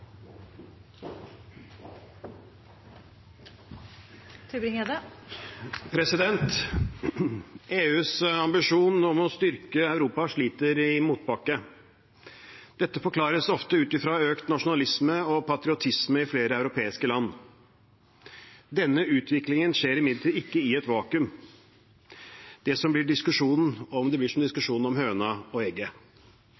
EUs ambisjon om å styrke Europa sliter i motbakke. Dette forklares ofte ut fra økt nasjonalisme og patriotisme i flere europeiske land. Denne utviklingen skjer imidlertid ikke i et vakuum. Det blir som diskusjonen om